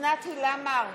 אוסנת הילה מארק,